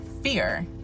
fear